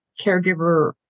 caregiver